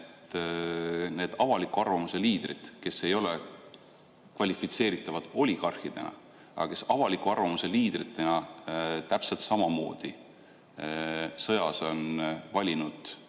need avaliku arvamuse liidrid, kes ei ole kvalifitseeritavad oligarhidena, aga kes avaliku arvamuse liidritena täpselt samamoodi sõjas on valinud